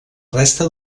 resta